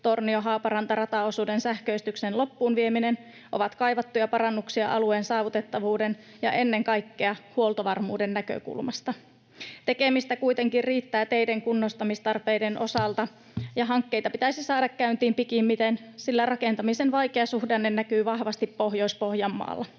Laurila—Tornio—Haaparanta-rataosuuden sähköistyksen loppuun vieminen ovat kaivattuja parannuksia alueen saavutettavuuden ja ennen kaikkea huoltovarmuuden näkökulmasta. Tekemistä kuitenkin riittää teiden kunnostamistarpeiden osalta, ja hankkeita pitäisi saada käyntiin pikimmiten, sillä rakentamisen vaikea suhdanne näkyy vahvasti Pohjois-Pohjanmaalla.